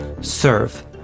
serve